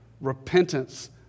Repentance